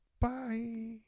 Bye